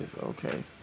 Okay